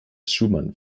schumann